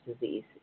disease